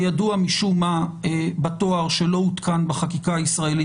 הידוע משום מה בתואר שלא עודכן בחקיקה הישראלית,